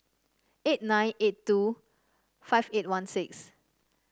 eight nine eight two five eight one six